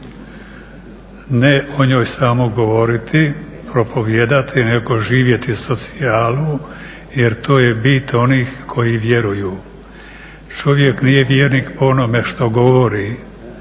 ne o njoj samo govoriti, propovijedati nego živjeti socijalu jer to je bit onih koji vjeruju. Čovjek nije vjernik po onome što govori